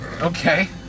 Okay